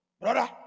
brother